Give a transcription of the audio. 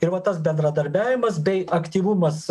ir va tas bendradarbiavimas bei aktyvumas